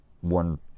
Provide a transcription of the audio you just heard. One